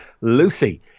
Lucy